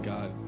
God